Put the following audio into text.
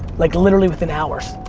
like literally, within hours.